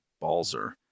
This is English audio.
Balzer